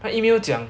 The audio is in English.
他 email 讲